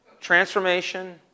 transformation